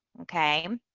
okay?